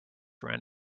ran